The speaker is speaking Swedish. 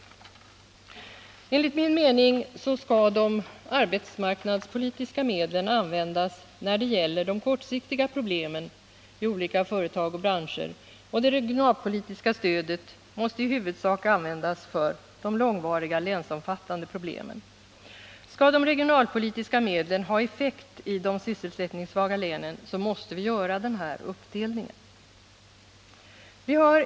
Enligt min mening skall de arbetsmarknadspolitiska medlen användas när det gäller de kortsiktiga problemen i olika företag och branscher, och det regionalpolitiska stödet måste i huvudsak användas för de långvariga länsomfattande problemen. Skall de regionalpolitiska medlen ha effekt i de sysselsättningssvaga länen, måste vi göra den här uppdelningen.